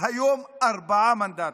והיום ארבעה מנדטים.